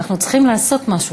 אנחנו צריכים לעשות משהו,